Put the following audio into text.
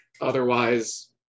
otherwise